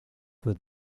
with